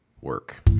work